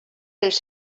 els